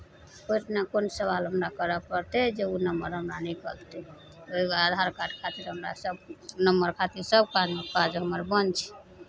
कोइ ठिना कोन सवाल हमरा करय पड़तै जे ओ नम्बर हमरा निकलतै ओहि दुआरे आधार कार्ड खातिर हमरा सभ नम्बर खातिर सभ काजमे काज हमर बन्द छै